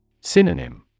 Synonym